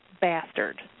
bastard